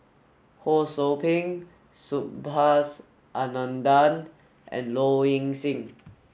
Ho Sou Ping Subhas Anandan and Low Ing Sing